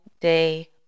day